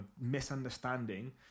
misunderstanding